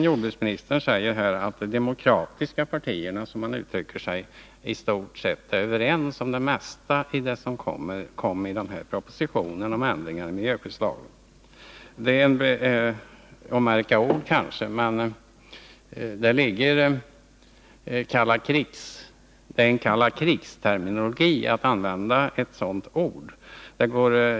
Jordbruksministern Anders Dahlgren säger att de ”demokratiska” partierna — som han uttrycker sig — i stort sett är överens om det mesta av det som tillkom i propositionen om ändring i miljöskyddslagen. Det är kanske att märka ord, men är det inte en det kalla krigets terminologi att använda ett sådant ord?